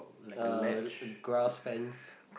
uh a grass fence